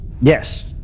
Yes